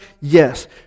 Yes